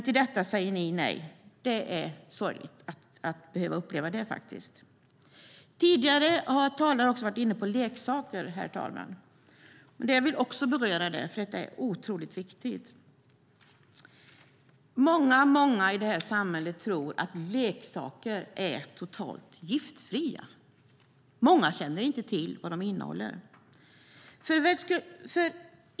Till detta säger ni emellertid nej. Det är sorgligt att behöva uppleva det. Tidigare talare har varit inne på leksaker, herr talman, och även jag vill ta upp det eftersom det är oerhört viktigt. Många i detta samhälle tror att leksaker är helt giftfria. De känner inte till vad de innehåller.